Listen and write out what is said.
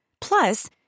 Plus